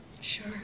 Sure